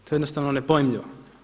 To je jednostavno nepojmljivo.